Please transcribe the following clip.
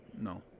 No